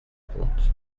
compte